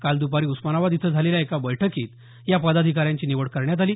काल दुपारी उस्मानाबाद इथं झालेल्या एका बैठकीत या पदाधिकाऱ्यांची निवड करण्यात आली